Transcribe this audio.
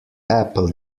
apple